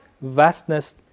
vastness